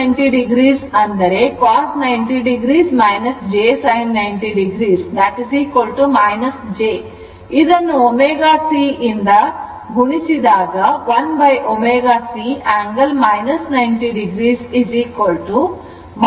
Angle 90 o cos 90 o j sin 90 o j ಇದನ್ನು ω Cಇಂದ jω C ಗುಣಿಸಿದಾಗ ಆಗುತ್ತದೆ ಹಾಗೆಯೇ 1ω C angle 90 o jω C ಆಗುತ್ತದೆ